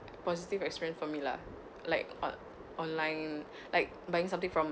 positive experience for me lah like on online like buying something from